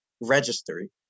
registry